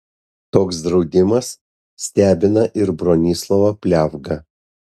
toks draudimas stebina ir bronislovą pliavgą